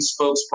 spokesperson